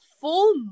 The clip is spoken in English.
full